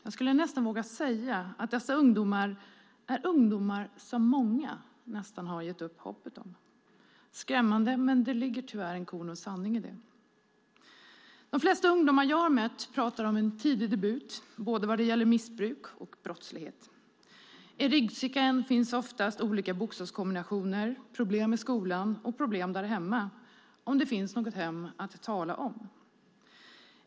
Jag skulle nästan våga säga att dessa ungdomar är ungdomar som många nästan har gett upp hoppet om. Det är skrämmande, men det ligger tyvärr ett korn av sanning i det. De flesta ungdomar som jag har mött pratar om en tidig debut vad gäller både missbruk och brottslighet. I ryggsäcken finns oftast olika bokstavskombinationer, problem i skolan och problem därhemma, om det finns något hem att tala om.